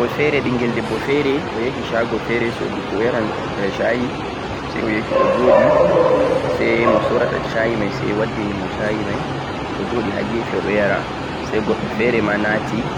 woodi debbo feere ɓinngel, ɓinngel debbo feere o yahi sha'go feere so'dugo o yaran shayi say o yahi o jo ɗi say mo soorata shayi may say waddi ni mo shayi may, o jo ɗi ha gefe o ɗo yara say goɗɗo feere ma naati